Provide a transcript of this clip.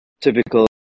typical